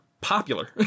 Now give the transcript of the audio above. popular